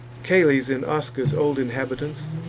cales' and osca's old inhabitants,